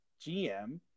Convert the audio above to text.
GM